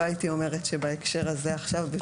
לא הייתי אומרת שבהקשר הזה עכשיו,